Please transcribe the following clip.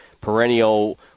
perennial